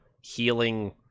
healing